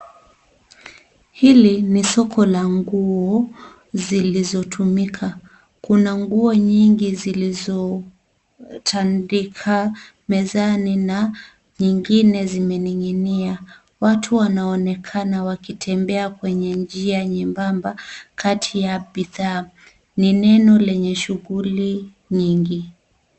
Hili ni soko la nguo zilizotumika. Kuna nguo nyingi zilizotandikwa mezani na nyingine zimening'inia. Watu wanaonekana wakitembea kwenye njia nyembamba kati ya bidhaa. Ni eneo lenye shughuli nyingi.